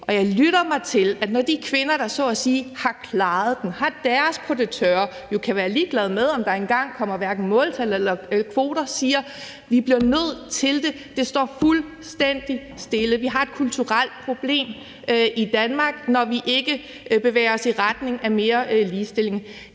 Og jeg lytter mig til, at når de kvinder, der så at sige har klaret den og har deres på det tørre, og som jo kan være ligeglade med, om der engang kommer måltal eller kvoter, siger: Vi bliver nødt til det, det står fuldstændig stille. Vi har et kulturelt problem i Danmark, når vi ikke bevæger os i retning af mere ligestilling.